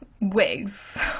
wigs